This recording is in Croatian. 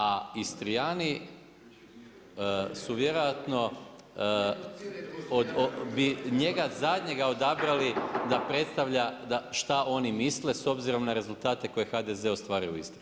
A Istrijani su vjerojatno bi njega zadnjega odabrali da predstavlja šta oni misle s obzirom na rezultate koje je HDZ ostvario u Istri.